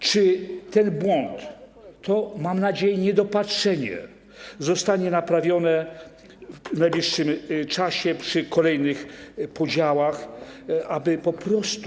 Czy ten błąd to, mam nadzieję, niedopatrzenie zostanie naprawione w najbliższym czasie, przy kolejnych podziałach, aby po prostu.